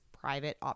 private